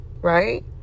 right